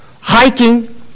hiking